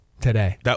today